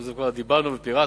דיברנו ופירטנו.